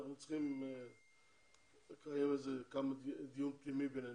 אנחנו צריכים לקיים דיון פנימי בינינו.